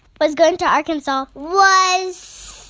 was going to arkansas was.